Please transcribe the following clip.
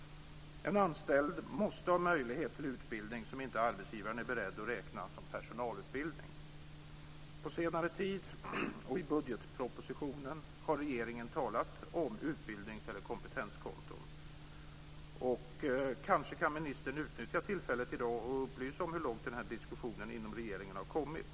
En anställd måste ha möjlighet till utbildning som arbetsgivaren inte är beredd att räkna som personalutbildning. På senare tid och i budgetpropositionen har regeringen talat om utbildnings eller kompetenskonton. Kanske kan ministern utnyttja tillfället i dag och upplysa om hur långt den här diskussionen inom regeringen har kommit.